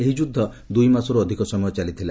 ଏହି ଯୁଦ୍ଧ ଦୁଇମାସରୁ ଅଧିକ ସମୟ ଚାଲିଥିଲା